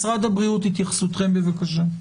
משרד הבריאות, התייחסותכם בבקשה.